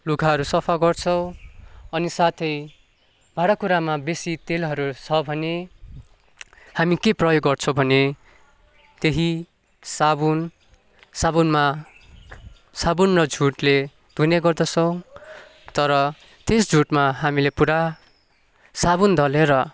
लुगाहरू सफा गर्छौँ अनि साथै भाँडाकुँडामा बेसी तेलहरू छ भने हामी के प्रयोग गर्छौँ भने त्यही साबुन साबुनमा साबुन र जुटले धुने गर्दछौँ तर त्यस जुटमा हामीले पुरा साबुन दलेर